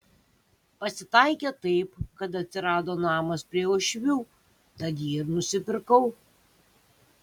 pasitaikė taip kad atsirado namas prie uošvių tad jį ir nusipirkau